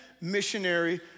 missionary